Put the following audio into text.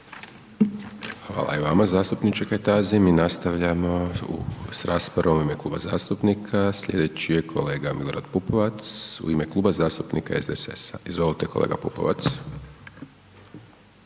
Hvala i vama zastupniče Kajtazi, mi nastavljamo s raspravom u ime kluba zastupnika, slijedeći je kolega Milorad Pupovac u ime Kluba zastupnika SDSS-a, izvolite kolega Pupovac.